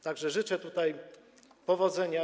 Tak że życzę tutaj powodzenia.